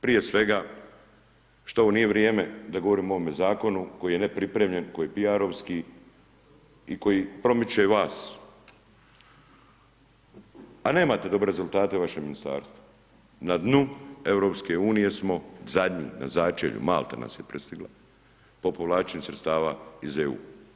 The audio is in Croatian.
Prije svega što ovo nije vrijeme da govorimo o ovome zakonu koji je nepripremljen, koji je PR-ovski i koji promiče vas a nemate dobre rezultate u vašem ministarstvu, na dnu EU smo, zadnji, na zečelju, Malta nas je prestigla po povlačenju sredstava iz EU.